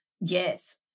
Yes